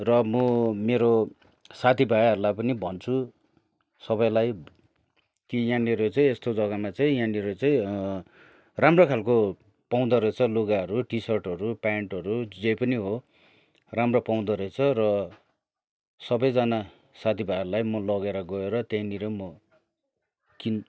र म मेरो साथी भाइहरूलाई पनि भन्छु सबैलाई कि यहाँनिर चाहिँ यस्तो जग्गामा चाहिँ यहाँनिर चाहिँ राम्रो खालको पाउँदो रहेछ लुगाहरू टिसर्टहरू प्यान्टहरू जे पनि हो राम्रो पाउँदो रहेछ र सबैजना साथी भाइहरूलाई म लगेर गएर त्यहीँनिर म किन्